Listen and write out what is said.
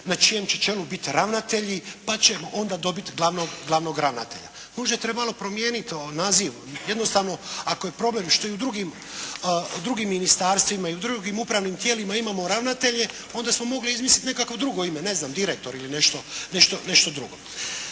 na čijem će čelu biti ravnatelji pa ćemo onda dobiti glavnog ravnatelja. Možda je trebalo promijeniti naziv jednostavno ako je problem što i u drugim ministarstvima i u drugim upravnim tijelima imamo ravnatelje onda smo mogli izmisliti nekakvo drugo ime, ne znam direktor ili nešto drugo.